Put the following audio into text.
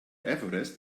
everest